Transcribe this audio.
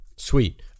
Sweet